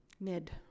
mid